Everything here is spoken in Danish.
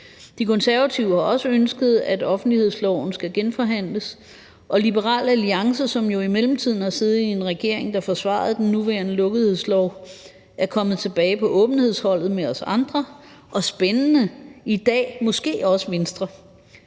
De Konservative har også ønsket, at offentlighedsloven skal genforhandles, og Liberal Alliance, som jo i mellemtiden har siddet i en regering, der forsvarede den nuværende lukkethedslov, er kommet tilbage på åbenhedsholdet med os andre – og spændende: i dag måske også Venstre.